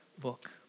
book